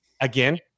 again